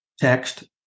text